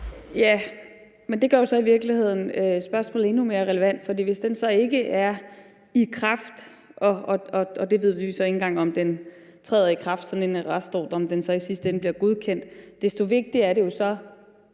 Men det gør jo så i virkeligheden spørgsmålet endnu mere relevant, for hvis den så ikke er i kraft, og vi ved jo så ikke engang, om sådan en arrestordre træder i kraft, og om den så i sidste ende bliver godkendt, desto vigtigere er det jo så,